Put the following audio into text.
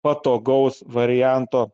patogaus varianto